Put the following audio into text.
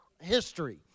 history